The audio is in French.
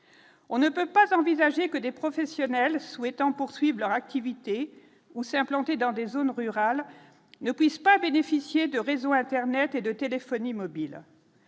on ne peut pas envisager que des professionnels souhaitant poursuivent leur activité ou s'implanter dans des zones rurales ne puissent pas bénéficier de réseaux Internet et de téléphonie mobile.